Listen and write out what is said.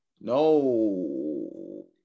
No